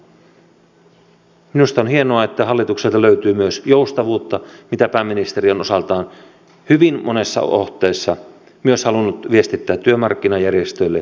minusta on hienoa että hallitukselta löytyy myös joustavuutta mitä pääministeri on osaltaan hyvin monessa otteessa myös halunnut viestittää työmarkkinajärjestöille